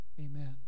amen